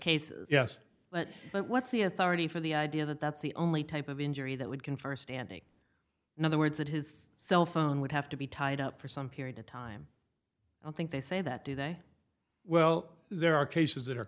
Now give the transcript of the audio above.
cases yes but but what's the authority for the idea that that's the only type of injury that would confer standing in other words that his cell phone would have to be tied up for some period of time i think they say that do they say well there are cases that are